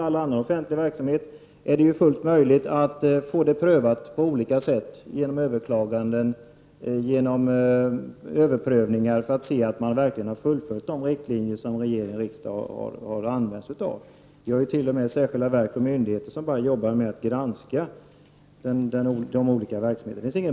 All annan offentlig verksamhet är det ju fullt möjligt att få prövad på olika sätt, genom överklaganden eller överprövningar, för att se om de riktlinjer som regering och riksdag har angivit verkligen har följts. Vi har t.o.m. särskilda verk och myndigheter som bara arbetar med att granska de olika verksamheterna.